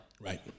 Right